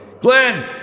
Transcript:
Glenn